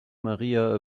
maria